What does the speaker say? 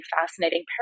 fascinating